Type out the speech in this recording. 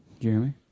Jeremy